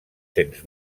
sens